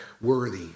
worthy